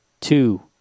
two